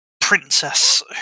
princess